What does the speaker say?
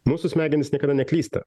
mūsų smegenys niekada neklysta